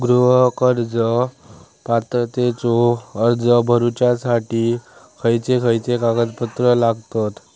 गृह कर्ज पात्रतेचो अर्ज भरुच्यासाठी खयचे खयचे कागदपत्र लागतत?